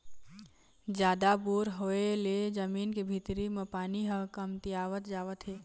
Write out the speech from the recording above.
जादा बोर होय ले जमीन के भीतरी म पानी ह कमतियावत जावत हे